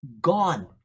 gone